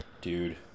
Dude